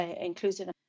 inclusive